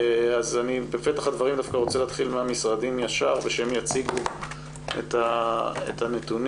בפתח הדברים אני רוצה להתחיל ישר מהמשרדים ושהם יציגו את הנתונים.